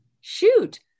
shoot